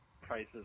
prices